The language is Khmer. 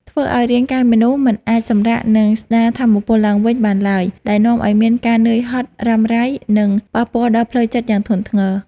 ធ្វើឱ្យរាងកាយមនុស្សមិនអាចសម្រាក និងស្តារថាមពលឡើងវិញបានឡើយ ដែលនាំឱ្យមានការនឿយហត់រ៉ាំរ៉ៃ និងប៉ះពាល់ដល់ផ្លូវចិត្តយ៉ាងធ្ងន់ធ្ងរ។